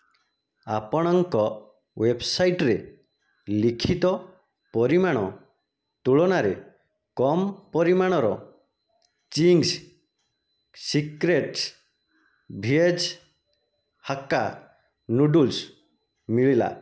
ଆପଣଙ୍କ ୱେବ୍ସାଇଟ୍ରେ ଲିଖିତ ପରିମାଣ ତୁଳନାରେ କମ୍ ପରିମାଣର Ching's Secret veg hakka noodles ମିଳିଲା